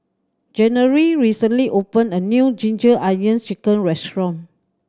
January recently opened a new Ginger Onions Chicken restaurant